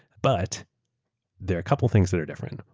but there are a couple of things that are different.